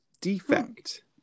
defect